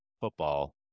football